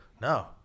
no